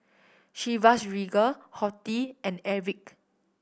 Chivas Regal Horti and Airwick